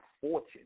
fortune